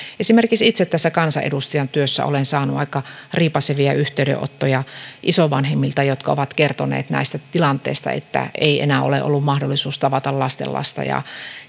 esimerkiksi itse tässä kansanedustajan työssä olen saanut aika riipaisevia yhteydenottoja isovanhemmilta jotka ovat kertoneet näistä tilanteista että ei enää ole ollut mahdollisuus tavata lapsenlasta